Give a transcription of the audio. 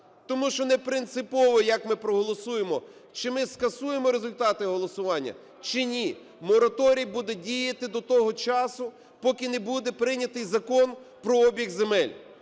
Тому що не принципово, як ми проголосуємо: чи ми скасуємо результати голосування, чи ні, - мораторій буде діяти до того часу, поки не буде прийнятий Закон про обіг земель.